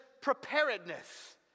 preparedness